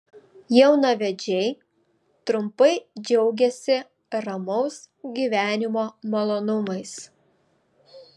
jaunavedžiai trumpai džiaugiasi ramaus gyvenimo malonumais